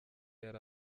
yari